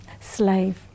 slave